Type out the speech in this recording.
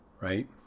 right